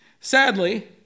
Sadly